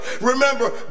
Remember